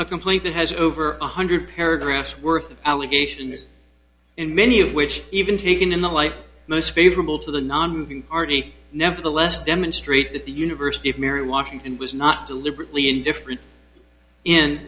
a complaint that has over one hundred paragraphs worth of allegations and many of which even taken in the light most favorable to the nonmoving party nevertheless demonstrate that the university of mary washington was not deliberately indifferent in